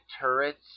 turrets